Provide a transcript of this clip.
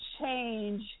change